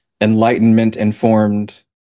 enlightenment-informed